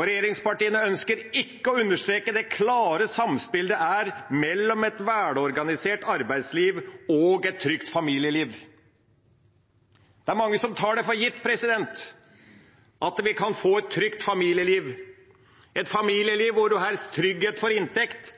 Regjeringspartiene ønsker ikke å understreke det klare samspillet det er mellom et velorganisert arbeidsliv og et trygt familieliv. Det er mange som tar det for gitt at vi kan få et trygt familieliv – et familieliv der man har trygghet for inntekt